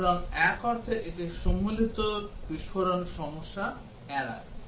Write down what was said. সুতরাং এক অর্থে এটি সম্মিলিত বিস্ফোরণ সমস্যা এড়ায়